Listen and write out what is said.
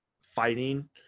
fighting